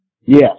Yes